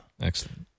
Excellent